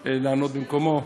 לענות במקומו,